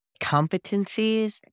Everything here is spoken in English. competencies